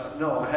no,